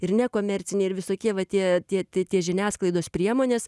ir nekomerciniai ir visokie va tie tie tie žiniasklaidos priemonės